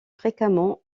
fréquemment